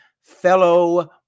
fellow